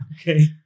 Okay